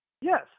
Yes